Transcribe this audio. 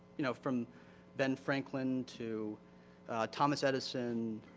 you know, from ben franklin to thomas edison,